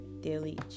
daily